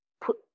put